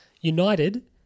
United